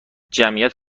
جمعیت